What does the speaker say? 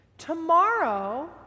Tomorrow